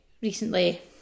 recently